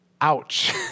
Ouch